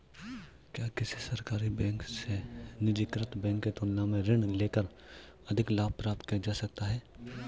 क्या किसी सरकारी बैंक से निजीकृत बैंक की तुलना में ऋण लेकर अधिक लाभ प्राप्त किया जा सकता है?